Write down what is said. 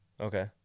Okay